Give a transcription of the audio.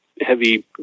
heavy